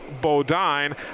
Bodine